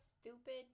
stupid